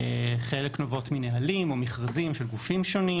חלק נובעות מנהלים או מכרזים של גופים שונים.